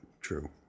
true